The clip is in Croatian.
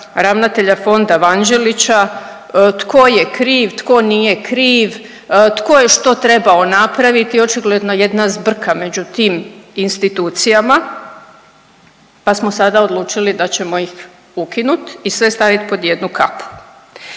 ravnatelja fonda Vanđelića, tko je kriv, tko nije kriv, tko je što trebao napraviti, očigledno jedna zbrka među tim institucijama pa smo sada odlučili da ćemo ih ukinuti i sve staviti pod jednu kapu.